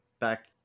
back